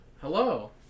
Hello